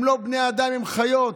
הם לא בני אדם, הם חיות.